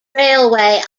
railway